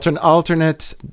alternate